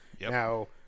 Now